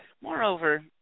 Moreover